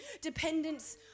dependence